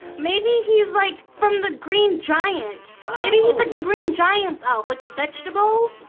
maybe he's like from the green giant. maybe he's like the green giant's elf. like the vegetable?